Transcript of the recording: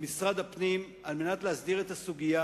למשרד הפנים על מנת להסדיר את הסוגיה.